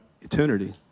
eternity